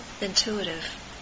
intuitive